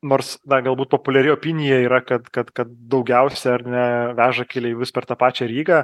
nors dar galbūt populiari opinija yra kad kad kad daugiausia ar ne veža keleivius per tą pačią rygą